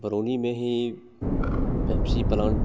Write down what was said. बरौनी में ही Pepsi plant